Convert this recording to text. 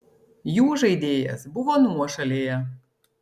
jų žaidėjas buvo nuošalėje